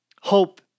hope